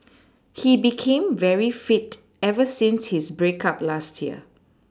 he became very fit ever since his break up last year